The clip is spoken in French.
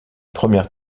premières